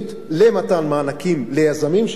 למתן מענקים ליזמים שיבואו,